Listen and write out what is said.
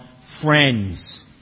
friends